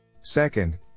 Second